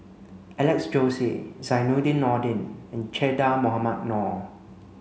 Alex Josey Zainudin Nordin and Che Dah Mohamed Noor